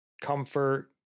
comfort